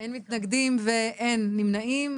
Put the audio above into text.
אין מתנגדים ואין נמנעי.